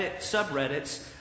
subreddits